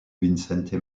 vicente